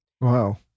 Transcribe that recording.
Wow